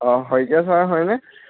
অঁ শইকীয়া চাৰ হয়নে